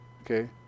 Okay